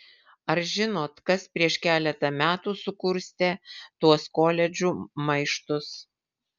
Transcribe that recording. ar žinot kas prieš keletą metų sukurstė tuos koledžų maištus